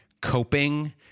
coping